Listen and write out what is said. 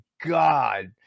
god